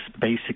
basic